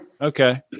Okay